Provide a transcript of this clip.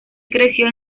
creció